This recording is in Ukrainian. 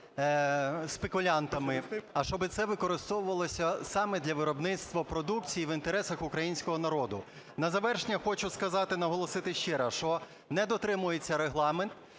спекулянтами, а щоби це використовувалося саме для виробництва продукції, в інтересах українського народу. На завершення хочу сказати, наголосити ще раз, що не дотримується Регламент.